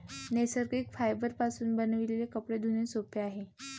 नैसर्गिक फायबरपासून बनविलेले कपडे धुणे सोपे आहे